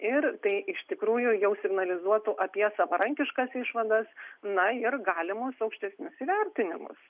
ir tai iš tikrųjų jau signalizuotų apie savarankiškas išvadas na ir galimos aukštesnius įvertinimus